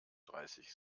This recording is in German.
dreißig